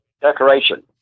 decoration